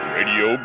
Radio